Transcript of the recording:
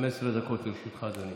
15 דקות לרשותך, אדוני.